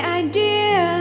idea